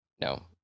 No